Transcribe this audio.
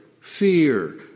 fear